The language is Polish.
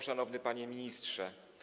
Szanowny Panie Ministrze!